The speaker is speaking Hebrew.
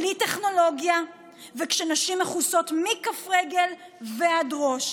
בלי טכנולוגיה וכשנשים מכוסות מכף רגל ועד ראש.